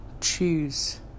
choose